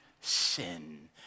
sin